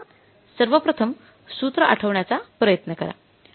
सर्वप्रथम सूत्र आठवण्याचा प्रयत्न करा